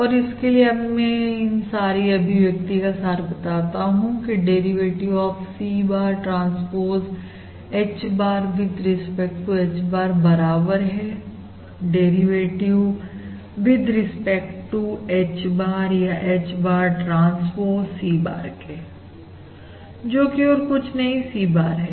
और इसके लिए अब मैं इन सारे अभिव्यक्ति हूं का सार बताता हूं की derivative of C bar transpose H bar with respect to H bar बराबर है derivative with respect to H bar या H abr transpose C bar के जोकि और कुछ नहीं C bar है